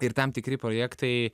ir tam tikri projektai